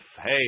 hey